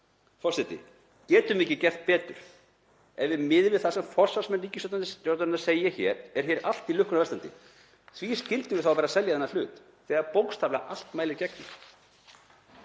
Forseti. Getum við ekki gert betur? Ef við miðum við það sem forsvarsmenn ríkisstjórnarinnar segja hér þá er allt í lukkunnar velstandi. Því skyldum við þá vera að selja þennan hlut þegar bókstaflega allt mælir gegn